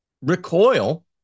recoil